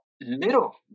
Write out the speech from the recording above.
little